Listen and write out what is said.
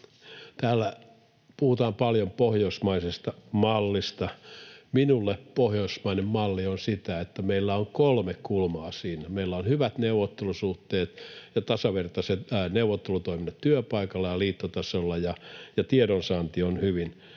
Täällä puhutaan paljon pohjoismaisesta mallista. Minulle pohjoismainen malli on sitä, että meillä on kolme kulmaa siinä: Meillä on hyvät neuvottelusuhteet ja tasavertaiset neuvottelutoiminnat työpaikalla ja liittotasolla, ja tiedonsaanti on hyvin